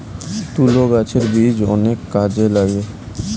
তুলো গাছের বীজ অনেক কাজে লাগে